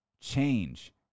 change